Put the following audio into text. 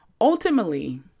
Ultimately